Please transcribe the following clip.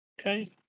Okay